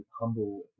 humble